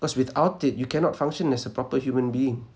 cause without it you cannot function as a proper human being